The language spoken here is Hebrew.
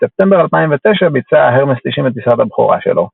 בספטמבר 2009, ביצע ההרמס 90 את טיסת הבכורה שלו.